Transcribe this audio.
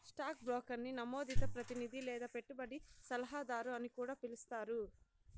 stock బ్రోకర్ని నమోదిత ప్రతినిది లేదా పెట్టుబడి సలహాదారు అని కూడా పిలిస్తారు